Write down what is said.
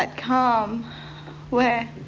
but calm where